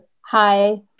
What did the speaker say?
Hi